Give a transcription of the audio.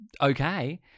okay